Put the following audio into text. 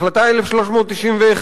החלטה 1391,